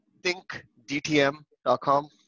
thinkdtm.com